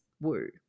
woo